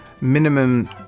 minimum